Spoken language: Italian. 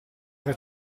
era